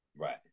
Right